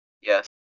Yes